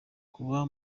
kuba